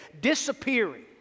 disappearing